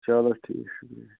چَلو ٹھیٖک شُکرِیہ